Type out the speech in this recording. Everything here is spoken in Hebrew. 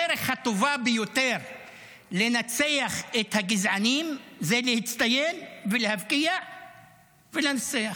הדרך הטובה ביותר לנצח את הגזענים זה להצטיין ולהבקיע ולנצח.